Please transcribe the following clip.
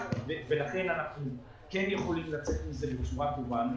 לכן אנחנו כן יכולים לצאת מזה בצורה טובה.